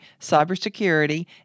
cybersecurity